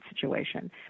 situation